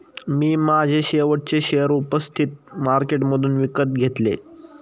मी माझे शेवटचे शेअर उपस्थित मार्केटमधून विकत घेतले